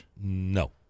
No